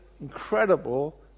incredible